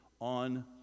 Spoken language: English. on